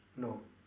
no